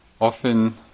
often